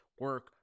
Work